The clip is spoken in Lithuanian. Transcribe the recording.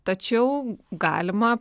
tačiau galima